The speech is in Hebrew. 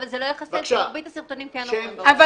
אבל זה לא יכסה כי מרבית הסרטונים כן עוברים בווטסאפ.